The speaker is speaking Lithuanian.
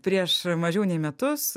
prieš mažiau nei metus